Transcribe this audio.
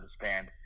understand